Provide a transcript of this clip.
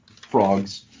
frogs